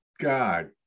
god